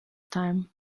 time